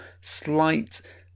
Slight